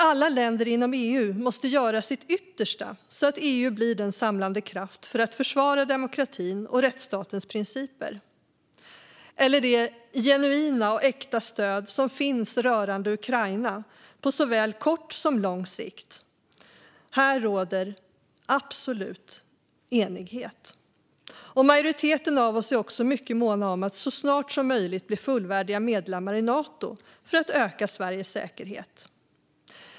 Alla länder inom EU måste göra sitt yttersta så att EU blir den samlande kraften för att försvara demokratin och rättsstatens principer. När det handlar om det genuina och äkta stöd som finns rörande Ukraina, på såväl kort som lång sikt, råder absolut enighet. Majoriteten av oss är också mycket måna om att Sverige så snart som möjligt blir fullvärdig medlem i Nato för att öka vår säkerhet.